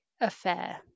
affair